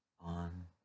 on